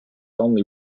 only